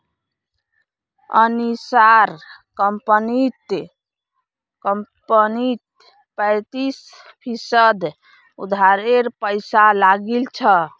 अनीशार कंपनीत पैंतीस फीसद उधारेर पैसा लागिल छ